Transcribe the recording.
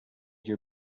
your